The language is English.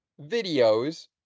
videos